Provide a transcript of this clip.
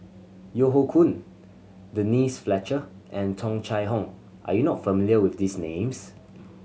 Yeo Hoe Koon Denise Fletcher and Tung Chye Hong are you not familiar with these names